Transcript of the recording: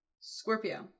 Scorpio